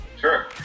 Sure